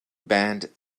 band